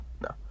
No